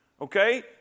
okay